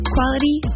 Quality